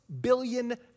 billion